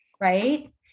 Right